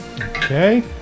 Okay